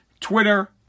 Twitter